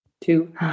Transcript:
two